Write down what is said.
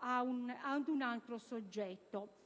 ad un altro soggetto